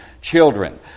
children